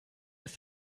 ist